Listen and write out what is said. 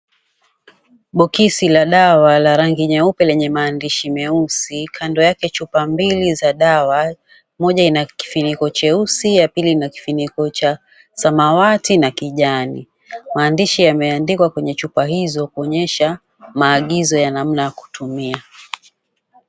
Bokisi la dawa la rangi nyeupe lenye maandishi meusi. Kando yake chupa mbili za dawa. Moja ina kifuniko cheusi ya pili ina kifuniko cha samawati na kijani. Maandishi yameandikwa kwenye chupa hizo kuonyesha maagizo ya namna ya kutumia.